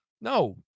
No